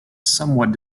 somewhat